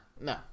No